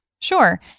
sure